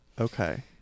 Okay